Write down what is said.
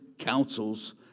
Counsels